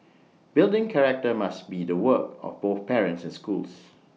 building character must be the work of both parents and schools